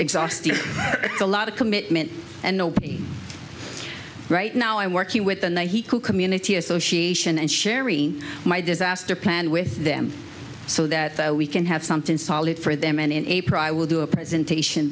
exhausting a lot of commitment and nobody right now i'm working with the night he could community association and sharing my disaster plan with them so that we can have something solid for them and in april i will do a presentation